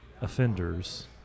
offenders